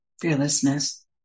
fearlessness